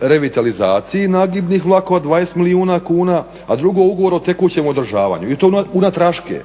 revitalizaciji nagibnih vlakova 20 milijuna kuna a drugo ugovor o tekućem održavanju i to unatraške,